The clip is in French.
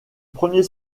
premier